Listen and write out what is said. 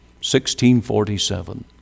1647